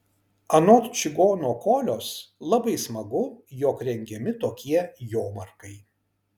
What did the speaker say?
anot čigono kolios labai smagu jog rengiami tokie jomarkai